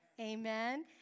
Amen